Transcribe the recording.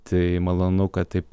tai malonu kad taip